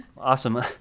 awesome